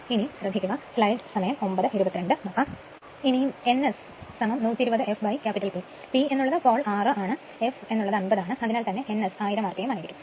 ഇനി n S120 fP P എന്ന് ഉള്ളത് 6 ആണ് f എന്ന് ഉള്ളത് 50 ആണ് അതിനാൽ തന്നെ n S1000 rpm ആയിരിക്കും